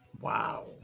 Wow